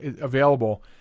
available